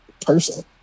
person